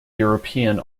european